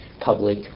public